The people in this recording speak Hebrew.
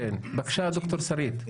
כן, בקשה ד"ר שרית.